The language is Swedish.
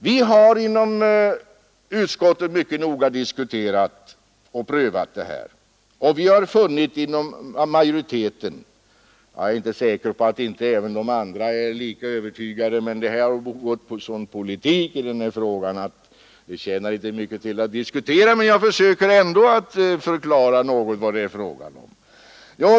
Vi har i utskottet mycket noga diskuterat och prövat denna fråga, och vi har inom majoriteten funnit att det nya systemet inte kommer att 83 innebära några risker för den enskilda integriteten. Jag är inte säker på att inte även de andra är lika övertygade, men det har gått så mycket politik i den här frågan att det inte tjänar mycket till att diskutera. Jag försöker emellertid ändå något förklara vad det är fråga om.